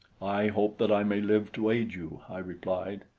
i hope that i may live to aid you, i replied.